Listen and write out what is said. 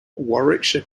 warwickshire